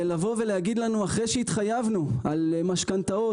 לבוא ולהגיד לנו אחרי שהתחייבנו על משכנתאות